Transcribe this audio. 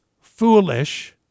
foolish